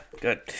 good